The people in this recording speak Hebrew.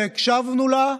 והקשבנו לה,